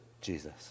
Jesus